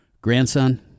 Grandson